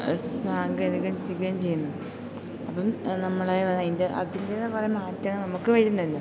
സാങ്കേതികത്തിൽ എത്തുകയും ചെയ്യുന്നു അപ്പം നമ്മളേയും അതതിൻ്റെ അതിൻ്റെതിൽ നിന്ന് കുറെ മാറ്റങ്ങള് നമുക്ക് വരുന്നുണ്ട്